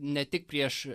ne tik prieš